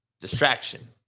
distraction